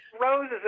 roses